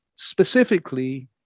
Specifically